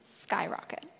skyrocket